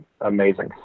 Amazing